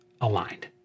aligned